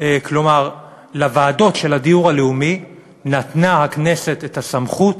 כלומר לוועדות לדיור לאומי נתנה הכנסת את הסמכות